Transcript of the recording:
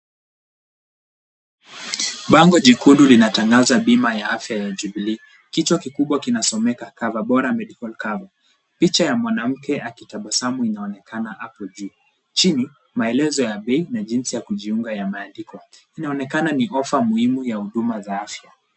Bango jekundu linatangaza bima ya afya ya Jubilee. Kichwa kikubwa kinasomeka, Cover Bora Medical Cover. Picha ya mwanamke akitabasamu inaonekana hapo juu. Chini, maelezo ya bei na jinsi ya kujiunga yameandikwa. Inaonekana ni ofa muhimu ya huduma za afya.